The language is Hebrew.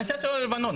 הנסיעה שלו ללבנון,